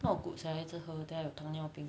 not good sia 一直喝等下有糖尿病